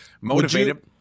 motivated